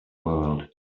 world